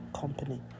company